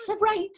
Right